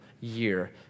year